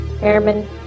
Airman